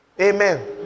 Amen